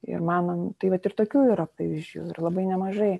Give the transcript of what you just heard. ir man tai vat ir tokių yra pavyzdžių ir labai nemažai